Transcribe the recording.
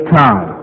time